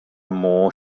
moore